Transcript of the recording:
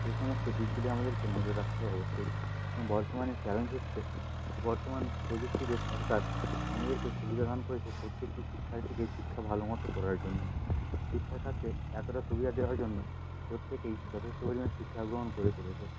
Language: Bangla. এ সমস্ত দিকগুলি আমাদেরকে নজর রাখতে হবে অবশ্যই এবং বর্তমানে চ্যালেঞ্জ হচ্ছে বর্তমান প্রযুক্তিতে সরকার আমাদেরকে সুবিধা দান করেছে প্রত্যেককে শিক্ষায় থেকে শিক্ষা ভালো মতো করার জন্য শিক্ষা খাতে এতটা সুবিধা দেওয়ার জন্য প্রত্যেকেই যথেষ্ট পরিমাণ শিক্ষা গ্রহণ করে চলেছে